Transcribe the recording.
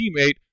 teammate